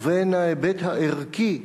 ובין ההיבט הערכי,